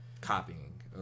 copying